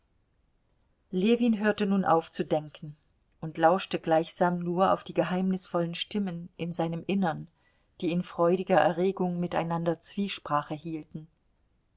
ljewin hörte nun auf zu denken und lauschte gleichsam nur auf die geheimnisvollen stimmen in seinem innern die in freudiger erregung miteinander zwiesprache hielten